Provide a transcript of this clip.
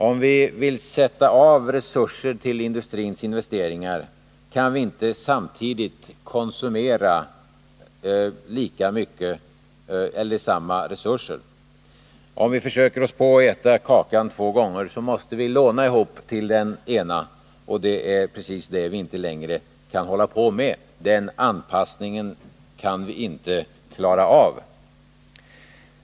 Om vi vill sätta av resurser till industrins investeringar, kan vi inte samtidigt konsumera dessa resurser. Om vi försöker oss på att äta kakan två gånger måste vi låna ihop till den ena biten, och det är precis det som vi inte längre kan hålla på med — den anpassningen kan vi inte klara av.